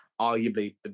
arguably